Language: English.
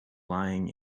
lying